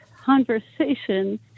conversation